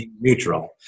neutral